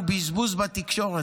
הוא בזבוז בתקשורת,